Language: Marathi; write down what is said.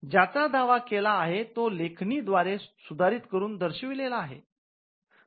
ज्याचा दावा केला आहे तो लेखणी द्वारे सुधारित करून दर्शविलेला आहे